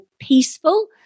peaceful